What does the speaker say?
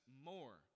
more